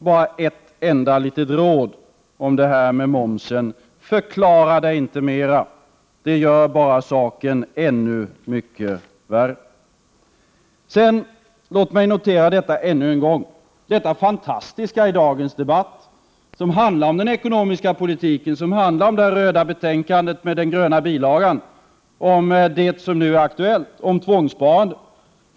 Bara ett enda litet råd angående momsen. Förklara det inte mera. Det gör bara saken ännu mycket värre. Låt mig ännu en gång notera det fantastiska i dagens debatt, som handlar om den ekonomiska politiken, det röda betänkandet med den gröna bilagan och om det som nu är aktuellt, dvs. tvångssparandet.